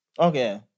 Okay